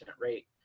rate